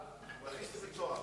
להכניס לבית-סוהר.